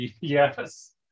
yes